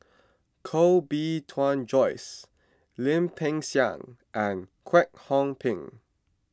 Koh Bee Tuan Joyce Lim Peng Siang and Kwek Hong Png